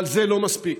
אבל זה לא מספיק.